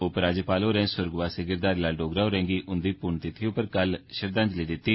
उपराज्यपाल होरें सुरगवासी गिरधारी लाल डोगरा होरें'गी उंदी पुन्नतिथि पर कल श्रद्धांजलि दिती